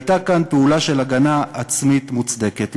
והייתה כאן פעולה של הגנה עצמית מוצדקת.